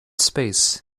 space